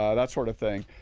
that sort of thing.